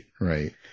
right